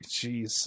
Jeez